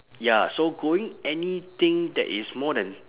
ya so going anything that is more than